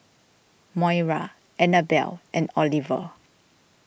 Moira Annabel and Oliver